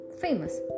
famous